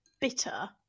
bitter